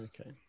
Okay